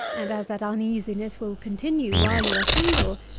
and as that uneasiness will continue while you are single,